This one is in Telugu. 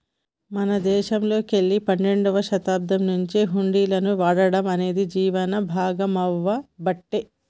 మన దేశంలోకెల్లి పన్నెండవ శతాబ్దం నుంచే హుండీలను వాడటం అనేది జీవనం భాగామవ్వబట్టే